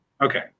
Okay